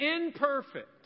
imperfect